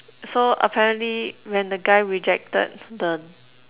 so apparently when the guy rejected the